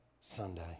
Sunday